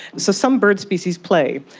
so some bird species play,